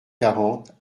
quarante